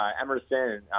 Emerson